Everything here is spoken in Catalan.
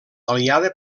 aliada